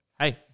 hey